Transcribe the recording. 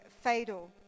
fatal